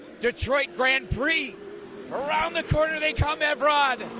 detroit grand prix around the corner they come, evrod.